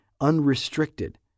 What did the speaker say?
unrestricted